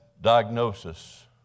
diagnosis